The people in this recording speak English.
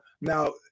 Now